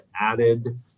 added